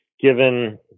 given